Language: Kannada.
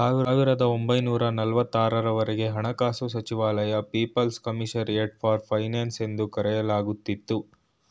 ಸಾವಿರದ ಒಂಬೈನೂರ ನಲವತ್ತು ಆರು ವರೆಗೆ ಹಣಕಾಸು ಸಚಿವಾಲಯ ಪೀಪಲ್ಸ್ ಕಮಿಷರಿಯಟ್ ಫಾರ್ ಫೈನಾನ್ಸ್ ಎಂದು ಕರೆಯಲಾಗುತ್ತಿತ್ತು